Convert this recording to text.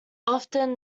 often